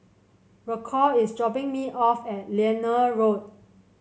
Rocco is dropping me off at Liane Road